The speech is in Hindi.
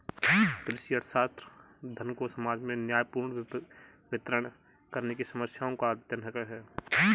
कृषि अर्थशास्त्र, धन को समाज में न्यायपूर्ण वितरण करने की समस्याओं का अध्ययन है